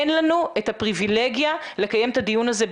אין לנו את הפריבילגיה לקיים את הדיון הזה בלעדיהם,